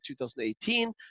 2018